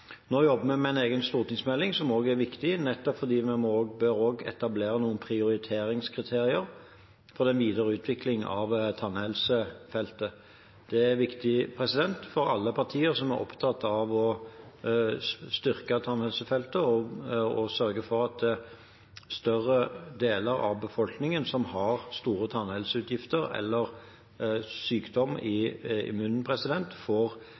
Nå jobber vi med en egen stortingsmelding, som også er viktig, nettopp fordi vi også bør etablere noen prioriteringskriterier for den videre utviklingen av tannhelsefeltet. Det er viktig for alle partier som er opptatt av å styrke tannhelsefeltet, å sørge for at større deler av befolkningen som har store tannhelseutgifter eller sykdom i munnen, får